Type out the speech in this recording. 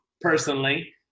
personally